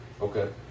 Okay